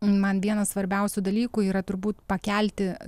man vienas svarbiausių dalykų yra turbūt pakelti